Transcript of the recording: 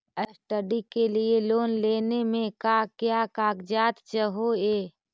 Study के लिये loan लेने मे का क्या कागजात चहोये?